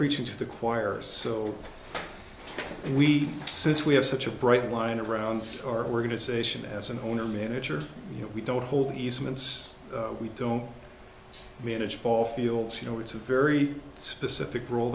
preaching to the choir so we since we have such a bright line around our organization as an owner manager you know we don't hold easements we don't manage ball fields you know it's a very specific role